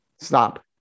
stop